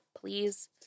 please